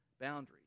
boundaries